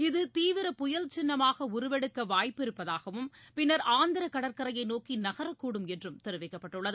இது தீவிர புயல் சின்னமாக உருவெடுக்க வாய்ப்பு இருப்பதாகவும் பின்னர் ஆந்திர கடற்கரையை நோக்கி நகரக்கூடும் என்றும் தெரிவிக்கப்பட்டுள்ளது